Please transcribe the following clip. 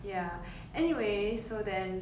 ya anyway so then